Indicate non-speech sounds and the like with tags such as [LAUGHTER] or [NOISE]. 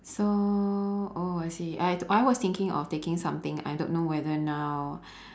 so oh I see I I was thinking of taking something I don't know whether now [BREATH]